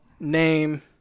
name